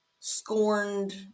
scorned